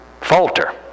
falter